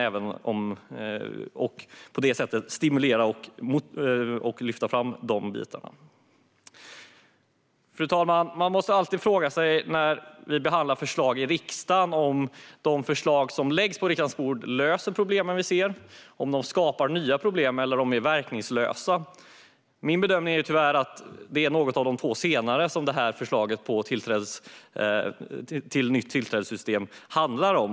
I riksdagen måste vi alltid fråga oss om de förslag som läggs på riksdagens bord löser de problem vi ser, om de skapar nya problem eller om de är verkningslösa. Min bedömning är tyvärr att det är något av de två senare som förslaget om nytt tillträdessystem handlar om.